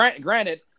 Granted